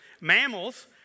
Mammals